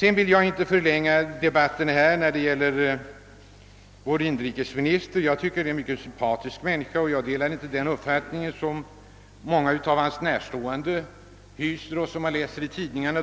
Jag vill inte förlänga debatten med vår inrikesminister. Jag tycker att han är en mycket sympatisk person, och jag delar inte den uppfattning som många av hans närstående hyser och som då och då förs fram i tidningarna.